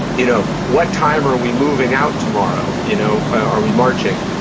you know what time are we moving out tomorrow, you know are we marching?